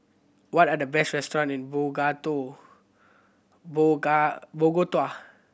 what are the best restaurants in Bogota